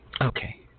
okay